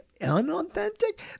unauthentic